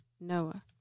Noah